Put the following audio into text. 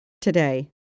today